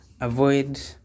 avoid